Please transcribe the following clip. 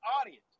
audience